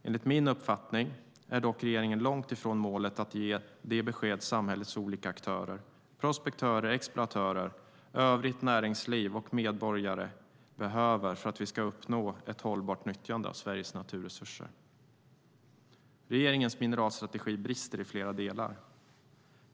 Enligt min uppfattning är dock regeringen långt ifrån målet att ge de besked samhällets olika aktörer, prospektörer, exploatörer, övrigt näringsliv och medborgare behöver för att vi ska uppnå ett hållbart nyttjande av Sveriges naturresurser. Regeringens mineralstrategi brister i flera delar.